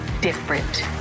different